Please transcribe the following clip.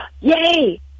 yay